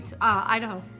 Idaho